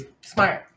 Smart